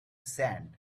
sand